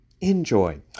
enjoy